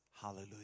Hallelujah